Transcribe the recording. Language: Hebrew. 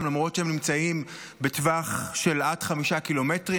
למרות שהם נמצאים בטווח של עד חמישה קילומטרים,